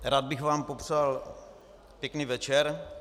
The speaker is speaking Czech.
Rád bych vám popřál pěkný večer.